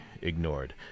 ignored